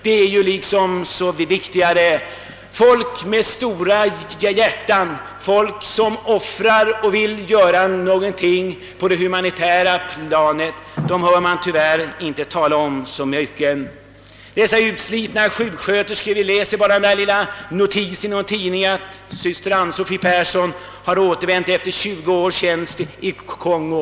Människor med stora hjärtan, människor som offrar något och vill göra något på det humanitära planet hör man tyvärr inte så ofta talas om. Dessa utslitna sjuksköterskor t.ex.! Vi läser bara en liten notis i någon dagstidning att »syster Ann-Sofi Persson har återvänt efter 20 års tjänst i Kongo».